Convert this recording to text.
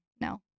no